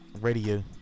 radio